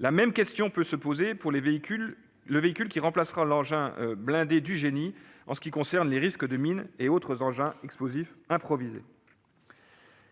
La même question peut se poser pour le véhicule qui remplacera l'engin blindé du génie en matière de lutte contre les risques de mines et autres EEI.